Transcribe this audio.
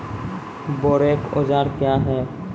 बोरेक औजार क्या हैं?